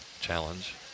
challenge